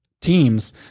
teams